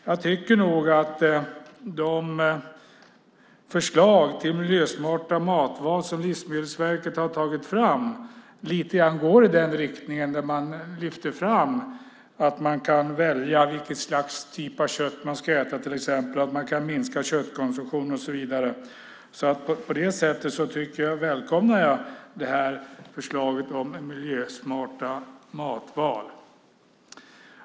Jag tycker nog att de förslag till miljösmarta matval som Livsmedelsverket har tagit fram går lite grann i den riktningen. Det lyfts fram att man kan välja vilket slags kött man ska äta och att man kan minska köttkonsumtionen och så vidare. På det sättet välkomnar jag förslagen om miljösmarta matval.